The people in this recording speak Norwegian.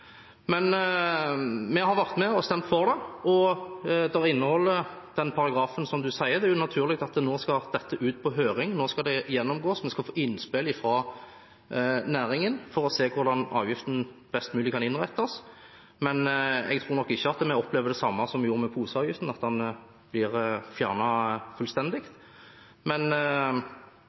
Men vi har vært med og stemt for forslaget, og det inneholder den paragrafen som du nevner. Nå skal dette ut på høring, nå skal det gjennomgås, vi skal få innspill fra næringen for å se på hvordan avgiften best mulig kan innrettes, men jeg tror nok ikke at vi opplever det samme som vi gjorde med poseavgiften, at den blir fjernet fullstendig.